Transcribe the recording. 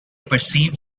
perceived